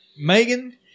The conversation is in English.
Megan